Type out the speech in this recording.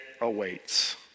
awaits